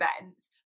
events